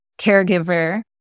caregiver